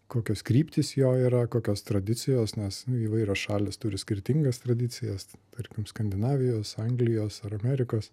kokios kryptys jo yra kokios tradicijos nes įvairios šalys turi skirtingas tradicijas tarkim skandinavijos anglijos ar amerikos